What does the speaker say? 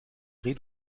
riz